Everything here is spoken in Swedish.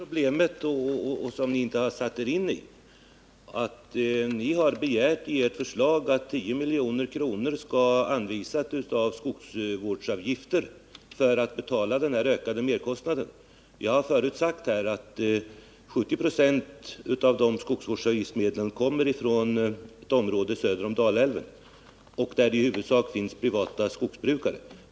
Herr talman! Jo, Gunnar Olsson, det är det som är problemet, men det har ni inte satt er in i. Ni föreslår att 10 milj.kr. skall anvisas av de medel som skogsvårdsavgifterna ger för att betala den här merkostnaden. Jag har redan sagt att 70 96 av skogsvårdsavgifterna kommer från området söder om Dalälven, där det huvudsakligen finns privata skogsägare.